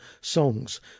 Songs